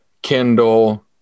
kindle